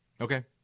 Okay